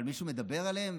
אבל מישהו מדבר עליהם?